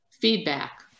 feedback